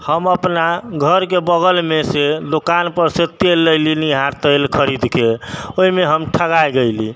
हम अपना घरके बगलमेसँ दोकानपरसँ तेल लेली निहार तेल खरीदके ओहिमे हम ठगा गेली